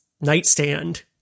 nightstand